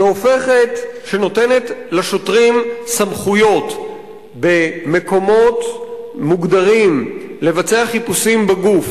שנותנת לשוטרים סמכויות במקומות מוגדרים לבצע חיפושים בגוף